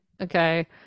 okay